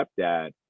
stepdad